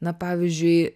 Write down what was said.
na pavyzdžiui